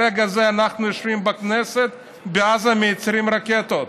ברגע זה אנחנו יושבים בכנסת ובעזה מייצרים רקטות.